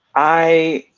i